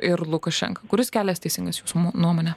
ir lukašenka kuris kelias teisingas jūsų nuomone